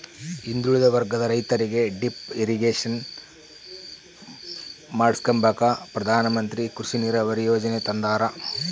ಹಿಂದುಳಿದ ವರ್ಗದ ರೈತರಿಗೆ ಡಿಪ್ ಇರಿಗೇಷನ್ ಮಾಡಿಸ್ಕೆಂಬಕ ಪ್ರಧಾನಮಂತ್ರಿ ಕೃಷಿ ನೀರಾವರಿ ಯೀಜನೆ ತಂದಾರ